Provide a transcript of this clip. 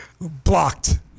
Blocked